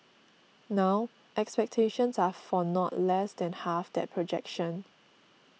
now expectations are for not less than half that projection